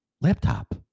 laptop